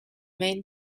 main